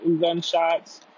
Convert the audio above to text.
gunshots